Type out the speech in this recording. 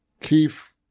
Keith